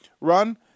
run